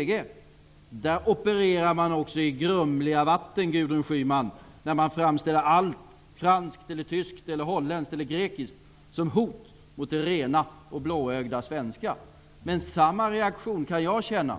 Också där opererar man i grumliga vatten, Gudrun Schyman, när man framställer allt franskt eller tyskt eller holländskt eller grekiskt som hot mot det rena och blåögda svenska. Samma reaktion kan jag känna